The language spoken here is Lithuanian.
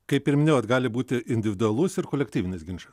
kaip ir minėjot gali būti individualus ir kolektyvinis ginčas